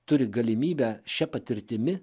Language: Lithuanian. turi galimybę šia patirtimi